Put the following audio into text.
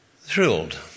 thrilled